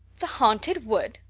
the haunted wood!